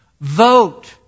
Vote